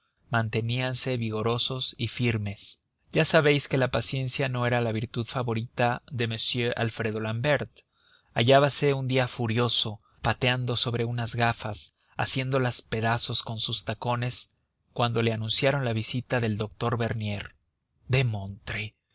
interregnos manteníanse vigorosos y firmes ya sabéis que la paciencia no era la virtud favorita de m alfredo l'ambert hallábase un día furioso pateando sobre unas gafas haciéndolas pedazos con sus tacones cuando le anunciaron la visita del doctor bernier